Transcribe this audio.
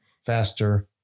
faster